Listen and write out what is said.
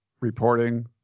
reporting